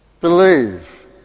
Believe